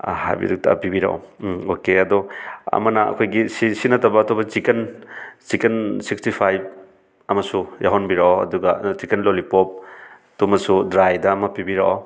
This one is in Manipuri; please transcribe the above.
ꯄꯤꯕꯤꯔꯛꯑꯣ ꯑꯣꯀꯦ ꯑꯗꯣ ꯑꯃꯅ ꯑꯩꯈꯣꯏꯒꯤ ꯁꯤ ꯁꯤ ꯅꯠꯇꯕ ꯑꯇꯣꯞꯄ ꯆꯤꯀꯟ ꯆꯤꯀꯟ ꯁꯤꯛꯁꯇꯤ ꯐꯥꯏꯕ ꯑꯃꯁꯨ ꯌꯥꯎꯍꯟꯕꯤꯔꯛꯑꯣ ꯑꯗꯨꯒ ꯆꯤꯀꯟ ꯂꯣꯂꯤꯄꯣꯞ ꯇꯨꯃꯁꯨ ꯗ꯭ꯔꯥꯏꯗ ꯑꯃ ꯄꯤꯕꯤꯔꯛꯑꯣ